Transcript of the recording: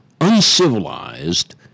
uncivilized